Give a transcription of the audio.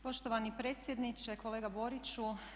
Poštovani predsjedniče, kolega Boriću.